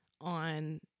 on